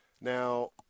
Now